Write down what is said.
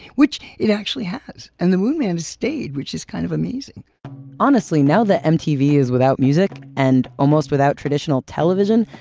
which it actually has. and the moon man has stayed, which is kind of amazing honestly, now that mtv is without music and almost without traditional television,